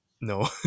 no